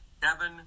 Kevin